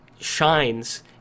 shines